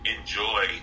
enjoy